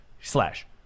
Slash